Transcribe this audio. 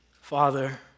Father